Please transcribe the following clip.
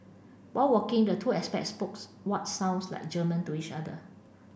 while walking the two expats spokes what sounds like German to each other